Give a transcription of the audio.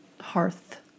hearth